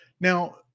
Now